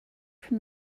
from